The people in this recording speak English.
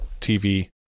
TV